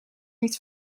niet